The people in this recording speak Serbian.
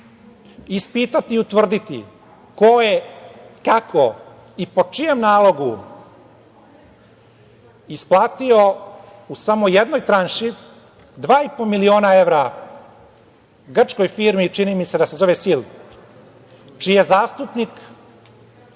ispitati i utvrditi ko je kako i po čijem nalogu isplatio u samo jednoj tranši 2,5 miliona evra grčkoj firmi, čini mi se da se zove „Sil“, čiji je zastupnik